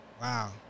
wow